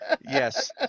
yes